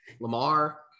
Lamar